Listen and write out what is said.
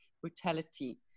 brutality